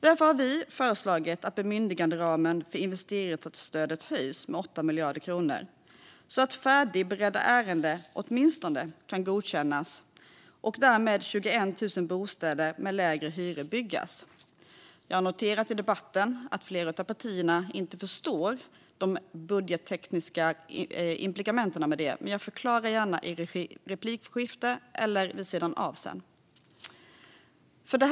Därför har vi föreslagit att bemyndiganderamen för investeringsstödet höjs med 8 miljarder kronor, så att färdigberedda ärenden åtminstone kan godkännas och så att 21 000 bostäder med lägre hyror därmed kan byggas. Jag har noterat i debatten att flera av partierna inte förstår de budgettekniska implikationerna av detta, men jag förklarar gärna i ett replikskifte eller vid sidan av efter debatten.